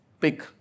pick